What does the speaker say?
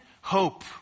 hope